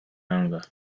anger